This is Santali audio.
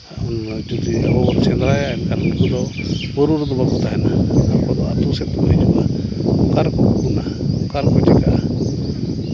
ᱡᱩᱫᱤ ᱟᱵᱚ ᱵᱚᱱ ᱥᱮᱸᱫᱨᱟᱭᱟ ᱮᱱᱠᱷᱟᱱ ᱩᱱᱠᱩ ᱫᱚ ᱵᱩᱨᱩ ᱨᱮᱫᱚ ᱵᱟᱠᱚ ᱛᱟᱦᱮᱱᱟ ᱟᱛᱳ ᱥᱮᱫ ᱠᱚ ᱦᱤᱡᱩᱜᱼᱟ ᱚᱠᱟ ᱨᱮᱠᱚ ᱩᱠᱩᱱᱟ ᱚᱠᱟ ᱨᱮᱠᱚ ᱪᱤᱠᱟᱹᱜᱼᱟ